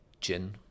gin